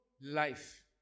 life